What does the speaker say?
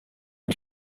are